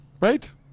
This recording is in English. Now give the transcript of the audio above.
right